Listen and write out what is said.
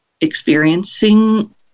experiencing